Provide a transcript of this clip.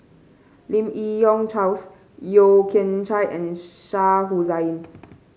Lim Yi Yong Charles Yeo Kian Chai and Shah Hussain